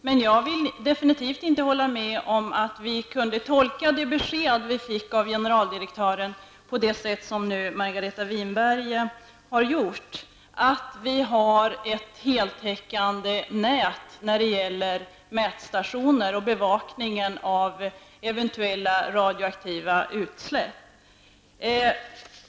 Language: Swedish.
Men jag vill definitivt inte hålla med om att vi kunde tolka de besked som vi fick av generaldirektören på det sätt som Margareta Winberg har gjort, att vi har ett heltäckande nät av mätstationer för bevakning av eventuella radioaktiva utsläpp.